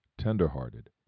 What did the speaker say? tender-hearted